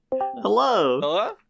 Hello